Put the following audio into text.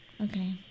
Okay